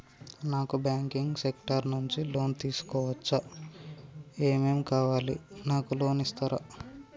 నాకు banking sector నుంచి loan తీసుకోవచ్చా? ఏమేం కావాలి? నాకు లోన్ ఇస్తారా?